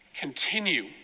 continue